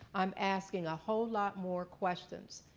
i'm asking a whole lot more questions.